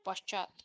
पश्चात्